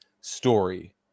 story